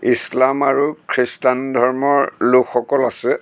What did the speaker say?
ইছলাম আৰু খ্ৰীষ্টান ধৰ্মৰ লোকসকল আছে